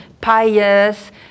pious